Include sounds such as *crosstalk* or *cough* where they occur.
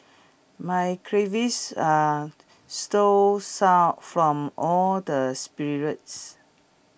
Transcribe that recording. my *unintelligible* are sore some from all the spirits